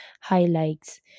highlights